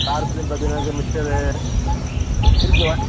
காரத்திலன்னு பார்த்திங்கனாக்கா மிச்சரு இருக்குது